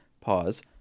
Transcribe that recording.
Pause